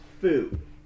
food